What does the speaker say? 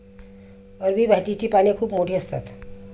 अरबी भाजीची पाने खूप मोठी असतात